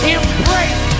Embrace